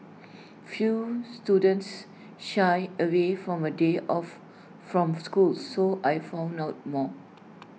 few students shy away from A day off from school so I found out more